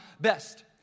best